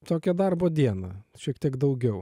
tokią darbo dieną šiek tiek daugiau